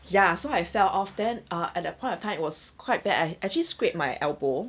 ya so I fell off then uh at that point of time was quite bad I actually scrap my elbow